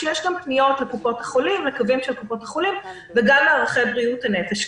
כאשר יש גם פניות לקווים של קופות החולים וגם למערכי בריאות הנפש.